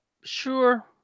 Sure